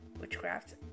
witchcraft